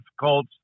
difficult